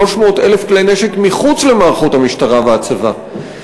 300,000 כלי נשק מחוץ למערכות המשטרה והצבא.